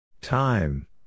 Time